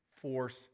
force